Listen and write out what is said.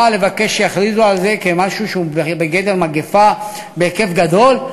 ולבקש שיכריזו על זה כמשהו שהוא בגדר מגפה בהיקף גדול,